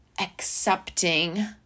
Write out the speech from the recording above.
accepting